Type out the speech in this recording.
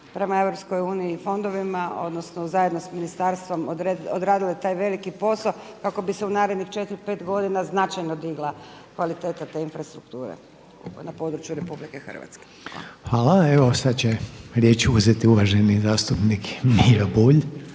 prema EU i fondovima odnosno zajedno s ministarstvom odradile taj veliki posao kako bi se u narednih 4, 5 godina značajno digla kvaliteta te infrastrukture na području RH. Hvala. **Reiner, Željko (HDZ)** Hvala. Evo sad će riječ uzeti uvaženi zastupnik Miro Bulj.